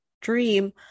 dream